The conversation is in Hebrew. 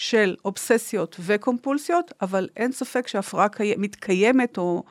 של אובססיות וקומפולסיות, אבל אין ספק שהפרעה מתקיימת או...